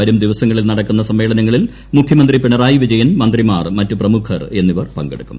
വരും ദിവസങ്ങളിൽ നടക്കുന്ന സമ്മേളനങ്ങളിൽ മുഖ്യമന്ത്രി പിണരായി വിജയൻ മന്ത്രിമാർ മറ്റു പ്രമുഖർ എന്നിവർ പങ്കെടുക്കും